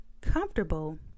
comfortable